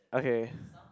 okay